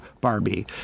Barbie